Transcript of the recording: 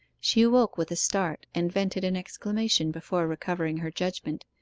she awoke with a start, and vented an exclamation before recovering her judgment.